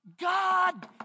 God